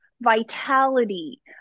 vitality